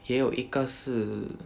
也有一个是